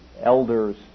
elders